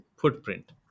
footprint